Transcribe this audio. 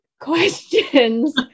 questions